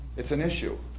it's an issue,